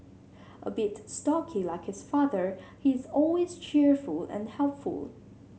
a bit stocky like his father he is always cheerful and helpful